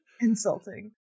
insulting